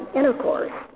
intercourse